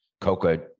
Coca